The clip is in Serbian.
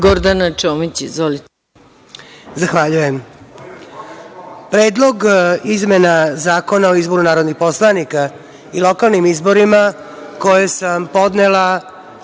**Gordana Čomić** Zahvaljujem. Predlog izmena Zakona o izboru narodnih poslanika i lokalnim izborima koje sam podnela